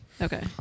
Okay